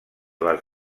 les